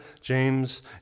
James